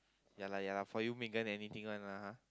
ya lah ya lah for you Megan anything one lah